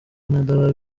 canada